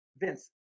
Vince